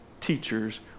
teachers